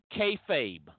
kayfabe